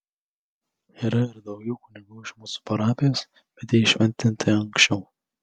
yra ir daugiau kunigų iš mūsų parapijos bet jie įšventinti anksčiau